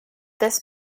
this